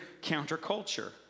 counterculture